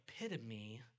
epitome